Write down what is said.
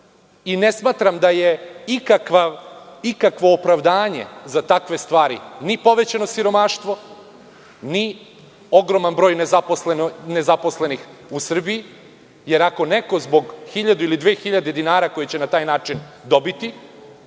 i ne smatram da je ikakvo opravdanje za takve stvari ni povećano siromaštvo ni ogroman broj nezaposlenih u Srbiji, jer ako neko zbog hiljadu ili dve hiljade dinara koje će na taj način dobiti